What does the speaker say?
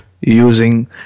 using